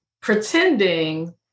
pretending